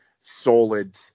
solid